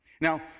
Now